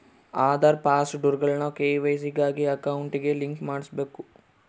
ಆದಾರ್, ಪಾನ್ಕಾರ್ಡ್ಗುಳ್ನ ಕೆ.ವೈ.ಸಿ ಗಾಗಿ ಅಕೌಂಟ್ಗೆ ಲಿಂಕ್ ಮಾಡುಸ್ಬಕು